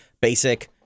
basic